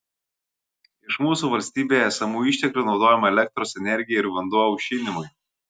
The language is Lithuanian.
iš mūsų valstybėje esamų išteklių naudojama elektros energija ir vanduo aušinimui